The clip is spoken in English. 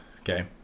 okay